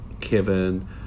Kevin